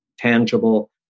tangible